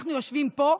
אנחנו יושבים פה,